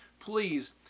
please